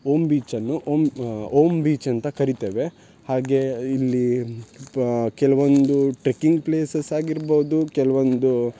ohm ಬೀಚನ್ನು Om Om beach ಅಂತ ಕರಿತೇವೆ ಹಾಗೇ ಇಲ್ಲಿ ಪಾ ಕೆಲವೊಂದು ಟ್ರಕ್ಕಿಂಗ್ ಪ್ಲೇಸಸ್ ಆಗಿರ್ಬೋದು ಕೆಲವೊಂದು